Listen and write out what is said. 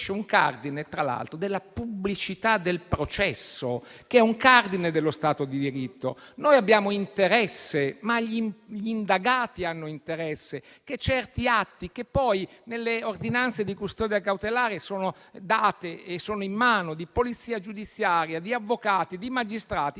un cardine della pubblicità del processo, che è un cardine dello Stato di diritto. Noi abbiamo interesse, ma gli indagati hanno interesse che certi atti, che poi nelle ordinanze di custodia cautelare sono in mano alla polizia giudiziaria, agli avvocati, ai magistrati,